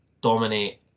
dominate